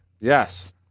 Yes